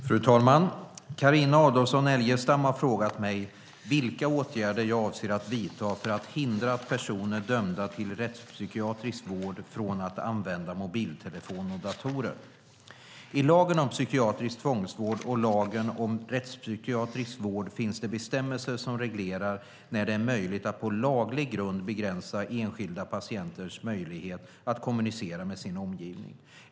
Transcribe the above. Fru talman! Carina Adolfsson Elgestam har frågat mig vilka åtgärder jag avser att vidta för att hindra personer dömda till rättspsykiatrisk vård från att använda mobiltelefon och datorer. I lagen om psykiatrisk tvångsvård och lagen om rättspsykiatrisk vård finns det bestämmelser som reglerar när det är möjligt att på laglig grund begränsa enskilda patienters möjlighet att kommunicera med sin omgivning.